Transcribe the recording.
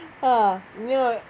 uh you know